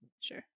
sure